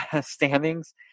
standings